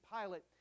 Pilate